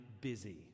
busy